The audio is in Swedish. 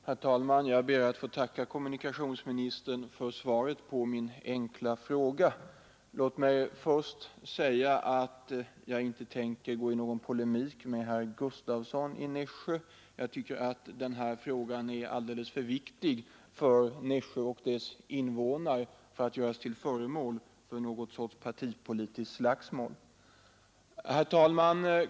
Herr talman! Jag ber att få tacka kommunikationsministern för svaret på min fråga. Jag vill först säga att jag inte tänker gå i någon polemik med herr Gustavsson i Nässjö. Jag tycker att den här frågan är alldeles för viktig för Nässjö och dess invånare för att göras till föremål för någon sorts partipolitiskt slagsmål.